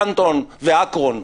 קנטון ואקרון.